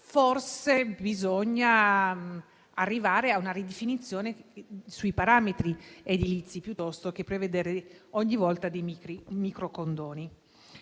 forse bisogna arrivare a una ridefinizione dei parametri edilizi piuttosto che prevedere ogni volta dei micro condoni.